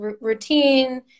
routine